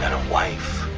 wife.